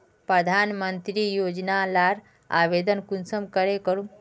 प्रधानमंत्री योजना लार आवेदन कुंसम करे करूम?